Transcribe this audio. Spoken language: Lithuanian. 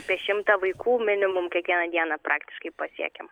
apie šimtą vaikų minimum kiekvieną dieną praktiškai pasiekiam